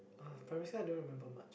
uh primary school I don't remember much